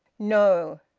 no!